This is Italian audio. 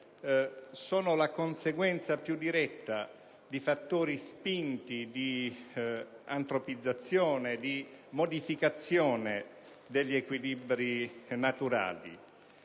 sono la conseguenza più diretta di fattori spinti di antropizzazione e di modificazione degli equilibri naturali